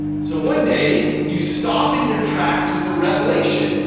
so one day, you stop in your tracks with a revelation.